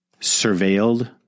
surveilled